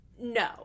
No